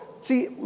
see